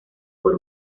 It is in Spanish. por